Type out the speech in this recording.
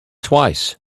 twice